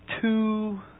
Two